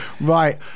right